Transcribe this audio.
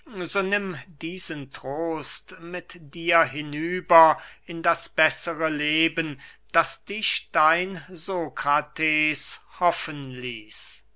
nimm diesen trost mit dir hinüber in das bessere leben das dich dein sokrates hoffen ließ